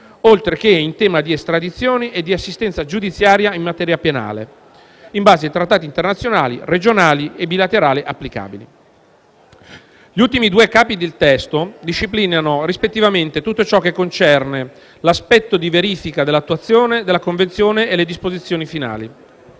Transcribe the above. oltre che in tema di estradizione e di assistenza giudiziaria in materia penale, in base ai trattati internazionali, regionali e bilaterali applicabili. Gli ultimi due capi del testo disciplinano rispettivamente tutto ciò che concerne l'aspetto di verifica dell'attuazione della Convenzione e le disposizioni finali.